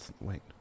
Wait